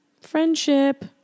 Friendship